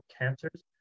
cancers